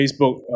Facebook